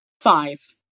Five